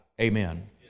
Amen